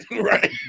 Right